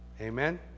Amen